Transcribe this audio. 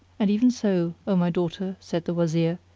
and even so, o my daughter, said the wazir,